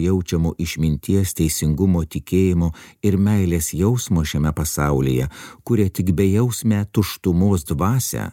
jaučiamo išminties teisingumo tikėjimo ir meilės jausmo šiame pasaulyje kuria tik bejausmę tuštumos dvasią